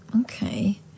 Okay